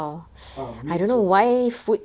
ah meat so fresh